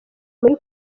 muri